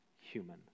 human